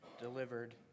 delivered